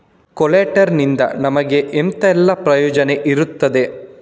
ಕೊಲ್ಯಟರ್ ನಿಂದ ನಮಗೆ ಎಂತ ಎಲ್ಲಾ ಪ್ರಯೋಜನ ಇರ್ತದೆ?